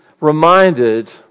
reminded